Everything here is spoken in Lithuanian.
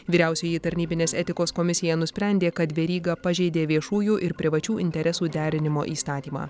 vyriausioji tarnybinės etikos komisija nusprendė kad veryga pažeidė viešųjų ir privačių interesų derinimo įstatymą